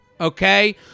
okay